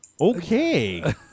Okay